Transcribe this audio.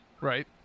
Right